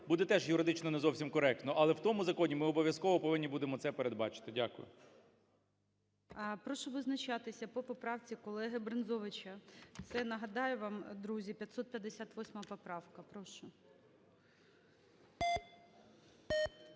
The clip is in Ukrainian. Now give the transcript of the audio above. буде теж юридично не зовсім коректно. Але в тому законі ми обов'язково повинні будемо це передбачити. Дякую. ГОЛОВУЮЧИЙ. Прошу визначатися по поправці колегиБрензовича. Це, нагадаю вам, друзі, 558 поправка. Прошу.